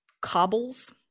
cobbles